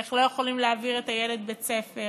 איך לא יכולים להעביר את הילד בית-ספר